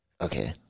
Okay